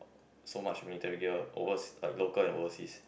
so much military gear over like local and overseas